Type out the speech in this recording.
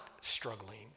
struggling